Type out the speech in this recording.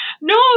No